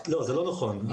זה לא נכון.